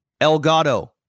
Elgato